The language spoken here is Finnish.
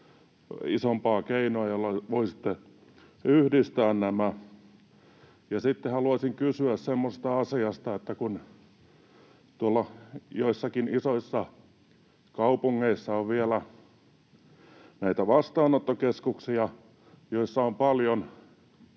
isompaa keinoa, jolla voisitte yhdistää nämä? Sitten haluaisin kysyä semmoisesta asiasta, että kun tuolla joissakin isoissa kaupungeissa on vielä näitä vastaanottokeskuksia, joissa on vielä